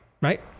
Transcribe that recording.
right